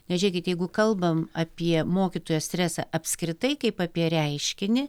nes žiūrėkit jeigu kalbam apie mokytojo stresą apskritai kaip apie reiškinį